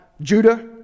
Judah